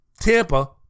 Tampa